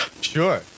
Sure